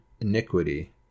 iniquity